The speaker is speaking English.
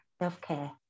self-care